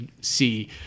see